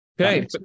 Okay